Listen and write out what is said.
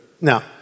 Now